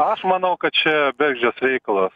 aš manau kad čia bergždžias reikalas